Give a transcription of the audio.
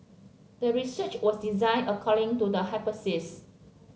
the research was designed according to the hypothesis